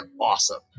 awesome